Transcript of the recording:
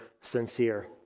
sincere